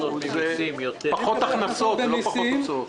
פחות הכנסות ולא פחות הוצאות.